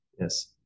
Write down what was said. Yes